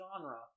genre